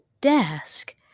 desk